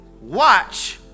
Watch